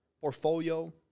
portfolio